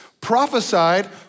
prophesied